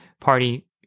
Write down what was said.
party